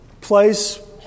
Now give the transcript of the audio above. place